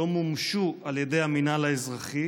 לא מומשו על ידי המינהל האזרחי?